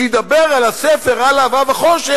שידבר על הספר "על אהבה וחושך"